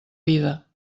vida